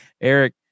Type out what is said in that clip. Eric